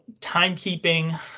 timekeeping